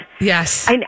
Yes